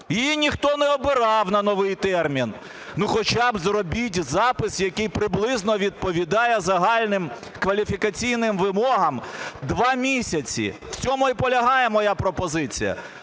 її ніхто не обирав на новий термін. Ну, хоча б зробіть запис, який приблизно відповідає загальним кваліфікаційним вимогам: 2 місяці. В цьому і полягає моя пропозиція.